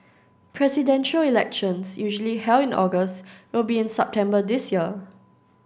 Presidential Elections usually held in August will be in September this year